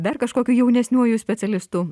dar kažkokiu jaunesniuoju specialistu